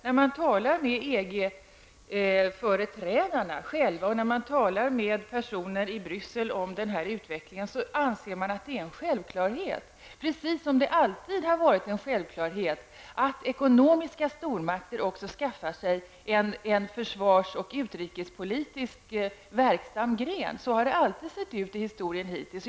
När man talar med företrädare för EG och när man talar med personer i Bryssel om den här utvecklingen anses detta vara en självklarhet, precis som det alltid har varit en självklarhet att ekonomiska stormakter också skaffar sig en försvars och utrikespolitiskt verksam gren. Så har det alltid sett ut i historien.